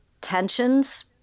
tensions